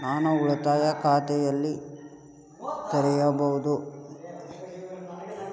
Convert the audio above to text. ನಾನು ಉಳಿತಾಯ ಖಾತೆಯನ್ನು ಎಲ್ಲಿ ತೆರೆಯಬಹುದು?